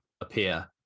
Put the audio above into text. appear